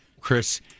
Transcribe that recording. Chris